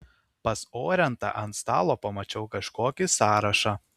pas orentą ant stalo pamačiau kažkokį sąrašą